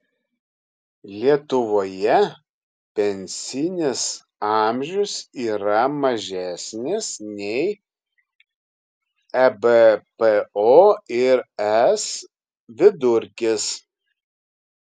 lietuvoje pensinis amžius yra mažesnis nei ebpo ir es vidurkis